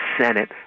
Senate